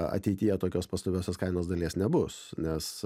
ateityje tokios pastoviosios kainos dalies nebus nes